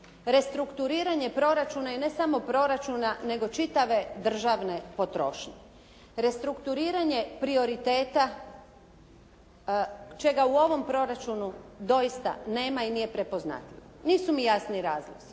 Restrukturiranje proračuna je ne samo proračuna nego čitave državne potrošnje. Restrukturiranje prioriteta čega u ovom proračunu doista nema i nije prepoznatljivo. Nisu mi jasni razlozi,